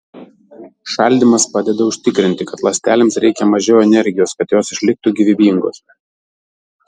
šaldymas padeda užtikrinti kad ląstelėms reikia mažiau energijos kad jos išliktų gyvybingos